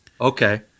Okay